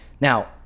Now